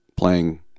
playing